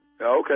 Okay